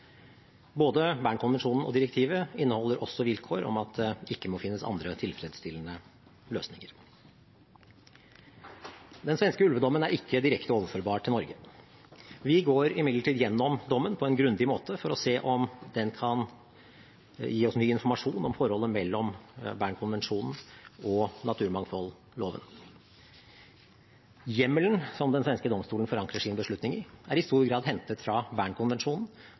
Både Bern-konvensjonen og direktivet inneholder også vilkår om at det ikke må finnes andre tilfredsstillende løsninger. Den svenske ulvedommen er ikke direkte overførbar til Norge. Vi går imidlertid gjennom dommen på en grundig måte for å se om den kan gi oss ny informasjon om forholdet mellom Bern-konvensjonen og naturmangfoldloven. Hjemmelen som den svenske domstolen forankrer sin beslutning i, er i stor grad hentet fra